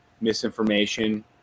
misinformation